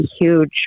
huge